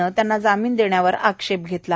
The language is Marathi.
नं त्यांना जामीन देण्यावर आक्षेप घेतला आहे